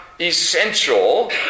essential